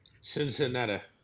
Cincinnati